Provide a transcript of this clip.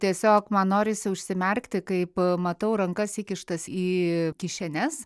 tiesiog man norisi užsimerkti kaip matau rankas įkištas į kišenes